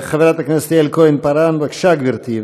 חברת הכנסת יעל כהן-פארן, בבקשה גברתי.